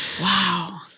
Wow